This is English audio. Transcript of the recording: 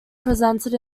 presented